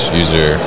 user